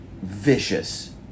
vicious